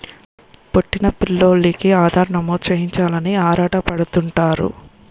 పుట్టిన పిల్లోలికి ఆధార్ నమోదు చేయించాలని ఆరాటపడుతుంటారు